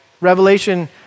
Revelation